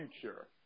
future